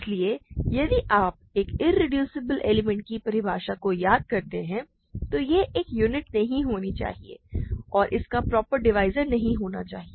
इसलिए यदि आप एक इरेड्यूसिबल एलिमेंट की परिभाषा को याद करते हैं तो यह एक यूनिट नहीं होनी चाहिए और इसका प्रॉपर डिवाइज़र नहीं होना चाहिए